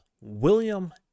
William